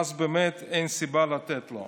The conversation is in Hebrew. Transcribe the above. ואז באמת אין סיבה לתת לו.